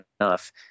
enough